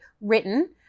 written